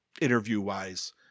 interview-wise